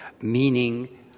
meaning